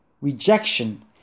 rejection